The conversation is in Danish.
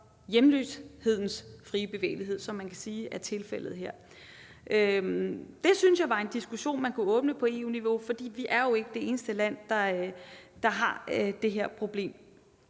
for hjemløsheden, hvilket man kan sige er tilfældet her? Det synes jeg ville være en diskussion, man kunne åbne på EU-niveau, for vi er jo ikke det eneste land, der har det her problem.